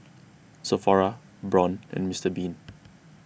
Sephora Braun and Mister Bean